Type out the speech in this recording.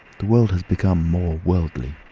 the world has become more worldly.